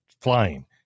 flying